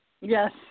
Yes